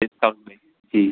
discount में जी